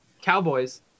Cowboys